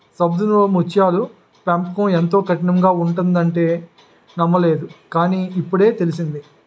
సముద్రంలో ముత్యాల పెంపకం ఎంతో కఠినంగా ఉంటుందంటే నమ్మలేదు కాని, ఇప్పుడే తెలిసింది